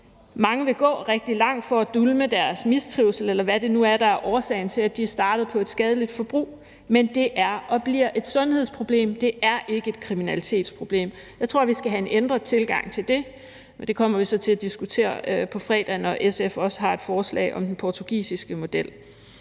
Mange vil gå rigtig langt for at dulme deres mistrivsel, eller hvad det nu er, som er årsagen til, at de er startet på et skadeligt forbrug. Men det er og bliver et sundhedsproblem; det er ikke et kriminalitetsproblem. Jeg tror, vi skal have en ændret tilgang til det, men det kommer vi så til at diskutere på fredag, hvor SF også har et forslag om den portugisiske model.